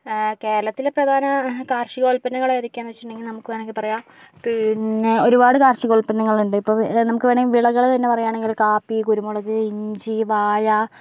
കേരളത്തിലെ പ്രധാന കാർഷിക ഉത്പന്നങ്ങൾ ഏതൊക്കെയാണെന്നു വച്ചിട്ടുണ്ടെങ്കിൽ നമുക്ക് വേണമെങ്കിൽ പറയാം ഒരുപാട് കാർഷിക ഉത്പന്നങ്ങൾ ഉണ്ട് ഇപ്പോൾ നമുക്ക് വേണമെങ്കിൽ വിളകൾ തന്നെ പറയുകയാണെങ്കിൽ കാപ്പി കുരുമുളക് ഇഞ്ചി വാഴ